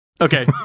Okay